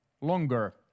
longer